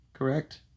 Correct